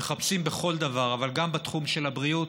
מחפשים בכל דבר, אבל גם בתחום של הבריאות,